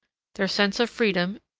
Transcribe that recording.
their sense of freedom,